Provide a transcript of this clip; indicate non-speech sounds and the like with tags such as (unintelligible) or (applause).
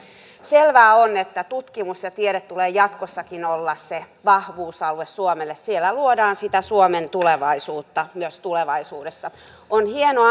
selvää on että tutkimuksen ja tieteen tulee jatkossakin olla se vahvuusalue suomelle siellä luodaan sitä suomen tulevaisuutta myös tulevaisuudessa on hieno (unintelligible)